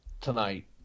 tonight